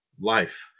life